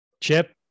Chip